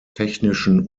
technischen